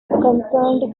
concerned